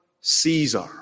Caesar